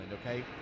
okay